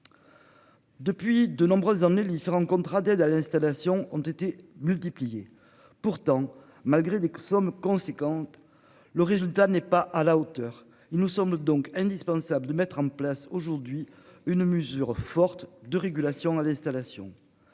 Depuis de nombreuses années les différents contrats d'aide à l'installation ont été multipliés. Pourtant malgré des sommes conséquentes. Le résultat n'est pas à la hauteur il nous sommes donc indispensable de mettre en place aujourd'hui une mesure forte de régulation à l'installation.